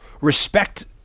respect